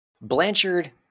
Blanchard